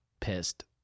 pissed